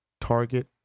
target